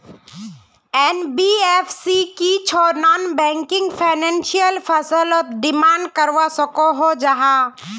NBFC की छौ non banking financial फसलोत डिमांड करवा सकोहो जाहा?